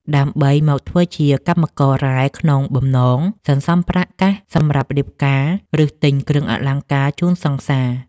ដើម្បីមកធ្វើជាកម្មកររ៉ែក្នុងបំណងសន្សំប្រាក់កាសសម្រាប់រៀបការ ឬទិញគ្រឿងអលង្ការជូនសង្សារ។